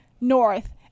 north